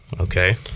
Okay